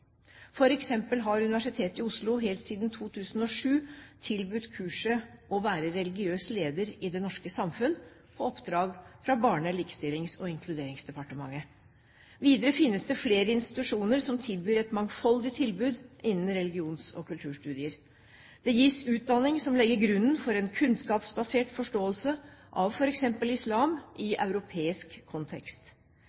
har Universitetet i Oslo helt siden 2007 tilbudt kurset «Å være religiøs leder i det norske samfunnet» på oppdrag fra Barne-, likestillings- og inkluderingsdepartementet. Videre finnes det flere institusjoner som tilbyr et mangfoldig tilbud innen religions- og kulturstudier. Det gis utdanning som legger grunnen for en kunnskapsbasert forståelse av f.eks. islam i